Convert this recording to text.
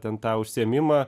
ten tą užsiėmimą